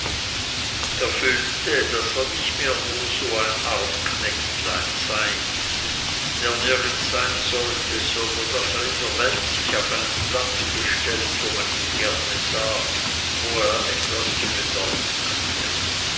er fühlte daß er nicht mehr nur so ein arm knechtlein sei der nirgends sein sollte sondern daß er in der welt sich auf einen platz gestellt wo man ihn gerne sah wo er etwas zu bedeuten hatte